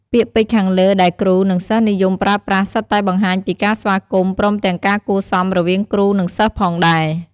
ពាក្យពេចន៍ខាងលើដែលគ្រូ និងសិស្សនិយមប្រើប្រាស់សុទ្ធតែបង្ហាញពីការស្វាគមន៍ ព្រមទាំងការគួរសមរវាងគ្រូ និង សិស្សផងដែរ។